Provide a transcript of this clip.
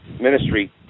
ministry